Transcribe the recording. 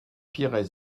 pires